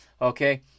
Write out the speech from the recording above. Okay